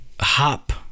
hop